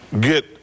get